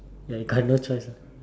ya you got no choice